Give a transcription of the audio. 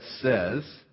says